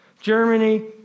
Germany